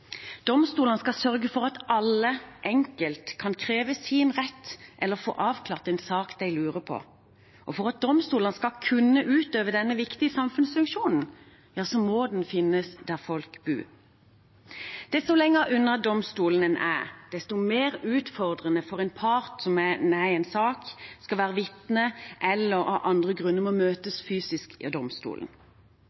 Domstolene skal sørge for at alle enkelt kan kreve sin rett eller få avklart en sak de lurer på. For at domstolen skal kunne utøve denne viktige samfunnsfunksjonen, må den finnes der folk bor. Desto lenger unna domstolen er, desto mer utfordrende er det for en part som i en sak skal være vitne eller av andre grunner må møte